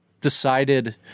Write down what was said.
decided